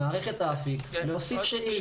במערכת האפיק להוסיף שאילתה,